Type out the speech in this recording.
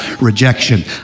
rejection